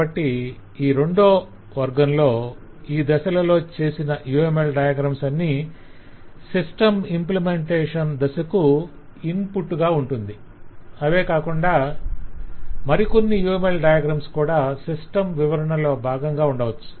కాబట్టి ఈ రెండో వర్గలో ఈ దశలలో చేసిన UML డయాగ్రమ్స్ అన్నీ సిస్టమ్ ఇంప్లిమెంటేషన్ దశకు ఇన్పుట్ గా ఉంటుంది అవే కాకుండా మరి కొన్ని UML డయాగ్రమ్స్ కూడా సిస్టమ్ వివరణ లో బాగంగా ఉండవచ్చు